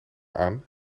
aan